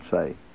say